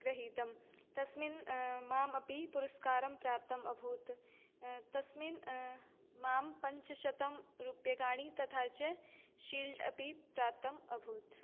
गृहीतः तस्मिन् मामपि पुरस्कारं प्राप्तम् अभूत् तस्मिन् माम् पञ्चशतं रूप्यकाणि तथा च शिल्ड् अपि प्राप्तम् अभूत्